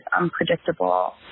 unpredictable